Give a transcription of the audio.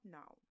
now